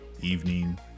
evening